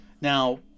Now